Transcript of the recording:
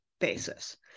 basis